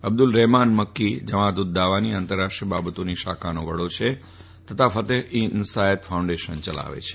અબ્દુલ રફેમાન મક્કી જમાત ઉદ દાવાની આંતરરાષ્ટ્રીય બાબતોની શાખાનો વડો છે તથા ફતફ એ ઈન્સાનિયત ફાઉન્ડેશન ચલાવે છે